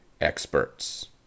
experts